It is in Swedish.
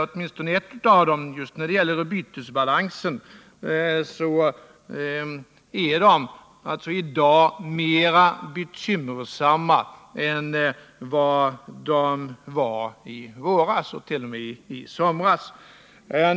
Åtminstone ett av dem, som gäller bytesbalansen, är i dag mera bekymmersamt än det var i våras och t.o.m. i somras.